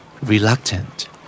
Reluctant